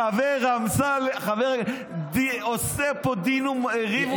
שחבר אמסלם עושה פה ריב ומדון.